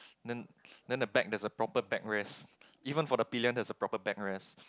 then then the back there's a proper back rest even for the pillion has a proper back rest